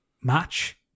match